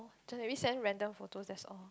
generally send random photos that's all